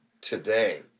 today